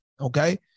okay